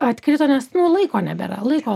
atkrito nes nu laiko nebėra laiko